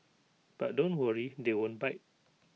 but don't worry they won't bite